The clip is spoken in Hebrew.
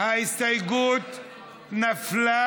איתן כבל,